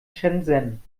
shenzhen